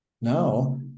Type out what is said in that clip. Now